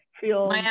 feel